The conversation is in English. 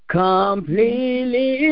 completely